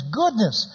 goodness